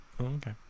okay